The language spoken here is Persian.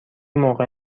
موقع